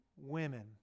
women